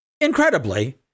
Incredibly